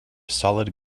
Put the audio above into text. solid